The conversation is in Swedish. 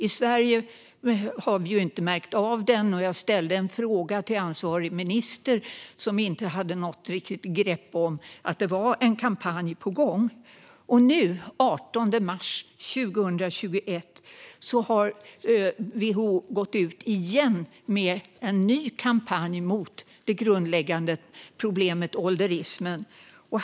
I Sverige har vi inte märkt av kampanjen. Jag ställde en fråga till ansvarig minister, som inte hade något riktigt grepp om att det var en kampanj på gång. Nu, den 18 mars 2021, har WHO gått ut med en ny kampanj mot det grundläggande problemet ålderismen.